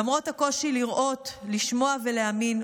למרות הקושי לראות או לשמוע ולהאמין,